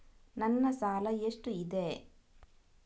ನನ್ನ ಸಾಲ ಎಷ್ಟು ಇದೆ?